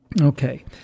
Okay